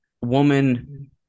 woman